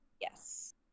Yes